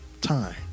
Time